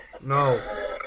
No